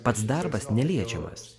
pats darbas neliečiamas